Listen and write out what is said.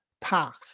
path